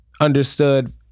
understood